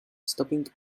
stopping